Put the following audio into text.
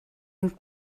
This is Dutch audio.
een